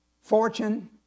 fortune